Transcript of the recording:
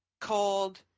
cold